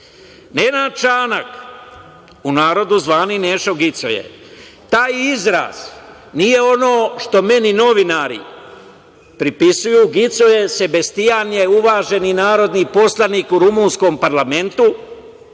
Čanak, u narodu zvani "Nešo gicoje", taj izraz nije ono što meni novinari prepisuju. Gicoje Sebastijan je uvaženi narodni poslanik u rumunskom parlamentu,